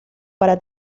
para